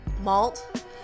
malt